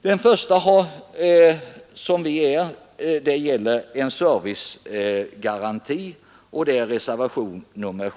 Den första är reservationen 7 och gäller statlig servicegaranti.